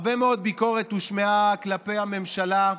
הרבה מאוד ביקורת הושמעה כלפי הממשלה,